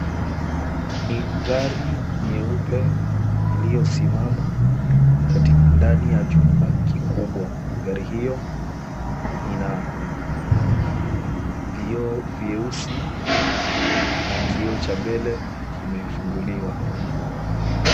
Ni gari nyeupe iliyosimama ndani ya jumba kikubwa. Gari hio ina vioo vyeusi na kioo cha mbele kimefunguliwa.